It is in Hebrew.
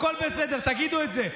הכול בסדר, תגידו את זה.